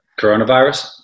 coronavirus